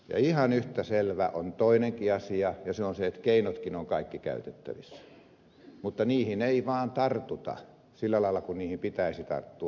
ja ihan yhtä selvä on toinenkin asia ja se on se että keinotkin ovat kaikki käytettävissä mutta niihin ei vaan tartuta sillä lailla kuin niihin pitäisi tarttua